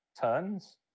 turns